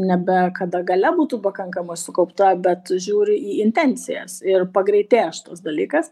nebe kada galia būtų pakankama sukaupta bet žiūri į intencijas ir pagreitėja šitas dalykas